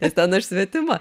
nes ten aš svetima